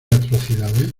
atrocidades